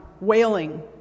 wailing